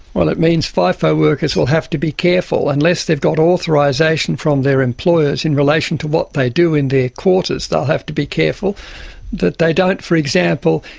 well, it means fifo workers will have to be careful. unless they've got authorisation from their employers in relation to what they do in their quarters they will have to be careful that they don't, for example,